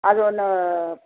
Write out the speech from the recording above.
अजून